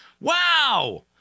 wow